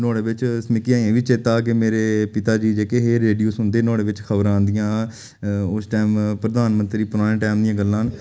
नुहाड़े बिच मिगी अजें बी चेता कि मेरे पिताजी जेह्के हे रेडियो सुनदे हे नुहाड़े बिच खबरां औंदियां हियां उस टाइम प्रधानमंत्री पराने टाइम दियां गल्लां न